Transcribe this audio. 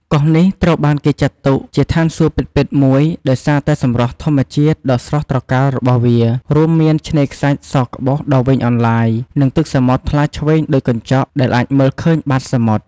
កោះនេះត្រូវបានគេចាត់ទុកជាឋានសួគ៌ពិតៗមួយ ដោយសារតែសម្រស់ធម្មជាតិដ៏ស្រស់ត្រកាលរបស់វា រួមមានឆ្នេរខ្សាច់សក្បុសដ៏វែងអន្លាយ និងទឹកសមុទ្រថ្លាឈ្វេងដូចកញ្ចក់ ដែលអាចមើលឃើញបាតសមុទ្រ។